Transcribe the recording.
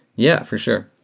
yeah, for sure.